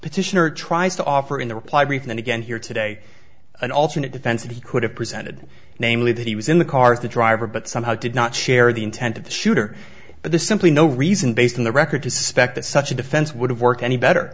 petitioner tries to offer in the reply brief and again here today an alternate defense he could have presented namely that he was in the car of the driver but somehow did not share the intent of the shooter but the simply no reason based on the record to suspect that such a defense would have worked any better